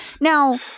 now